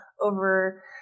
over